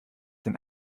den